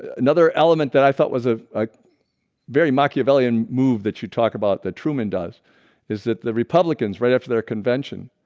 another element that i thought was a ah very machiavellian move that you talk about that truman does is that the republicans right after their convention?